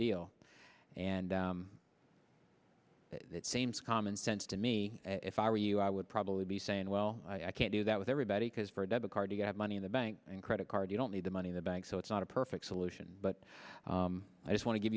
deal and it seems common sense to me if i were you i would probably be saying well i can't do that with everybody because for a debit card you have money in the bank and credit card you don't need the money the bank so it's not a perfect solution but i just want to give